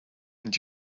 and